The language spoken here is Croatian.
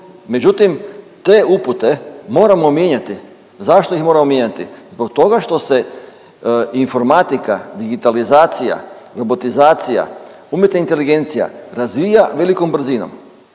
međutim te upute moramo mijenjati. Zašto ih moramo mijenjati? Zbog toga što se informatika, digitalizacija, robotizacija, umjetna inteligencija razvija velikom brzinom